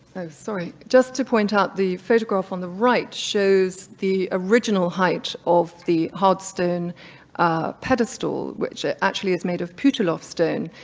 sorry. just to point out, the photograph on the right shows the original height of the hard stone pedestal, which ah actually is made of putilov stone,